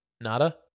nada